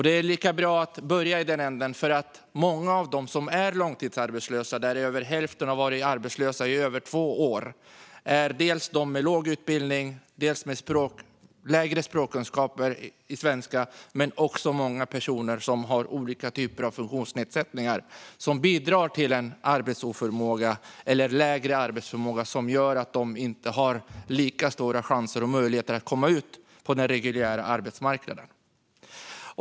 Det är lika bra att börja i den änden eftersom många av dem som är långtidsarbetslösa, av vilka hälften har varit arbetslösa i över två år, är personer med låg utbildning och personer med lägre kunskaper i svenska men också personer som har olika typer av funktionsnedsättning som bidrar till arbetsoförmåga eller lägre arbetsförmåga som gör att de inte har lika stora chanser och möjligheter att komma ut på den reguljära arbetsmarknaden.